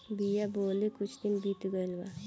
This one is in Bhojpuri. बिया बोवले कुछ दिन बीत गइल बा